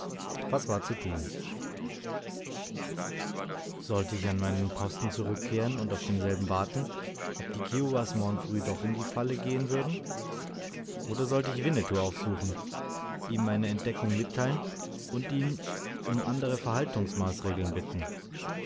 was war zu tun sollte ich an meinen posten zurückkehren und auf demselben warten ob die kiowas morgen früh doch in die falle gehen würden oder sollte ich winnetou aufsuchen ihm meine entdeckung mitteilen und ihn um andere verhaltungsmaßregeln bitten